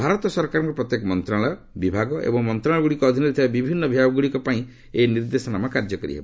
ଭାରତ ସରକାରଙ୍କ ପ୍ରତ୍ୟେକ ମନ୍ତ୍ରଶାଳୟ ବିଭାଗ ଏବଂ ମନ୍ତ୍ରଣାଳୟଗୁଡ଼ିକ ଅଧୀନରେ ଥିବା ବିଭିନ୍ନ ବିଭାଗଗୁଡ଼ିକ ପାଇଁ ଏହି ନିର୍ଦ୍ଦେଶନାମା କାର୍ଯ୍ୟକାରୀ ହେବ